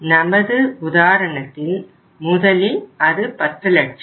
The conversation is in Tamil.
நமது உதாரணத்தில் முதலில் அது 10 லட்சம்